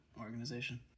organization